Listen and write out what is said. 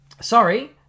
sorry